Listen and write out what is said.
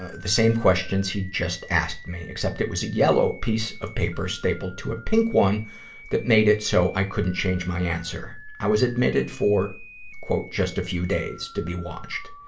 ah the same questions he'd just asked me, except it was a yellow piece of paper stapled to a pink one that made it so i couldn't change my answer. i was admitted for just a few days to be watched.